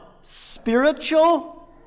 spiritual